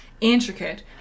intricate